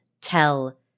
tell